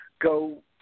go